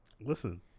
Listen